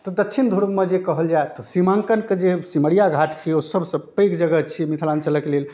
तऽ दच्छिन ध्रुवमे जे छै कहल जाए तऽ सीमाङ्कनके जे सिमरिआ घाट छै ओ सबसँ पैघ जगह छिए मिथिलाञ्चलके लेल